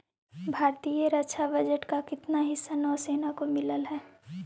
भारतीय रक्षा बजट का कितना हिस्सा नौसेना को मिलअ हई